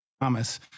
Thomas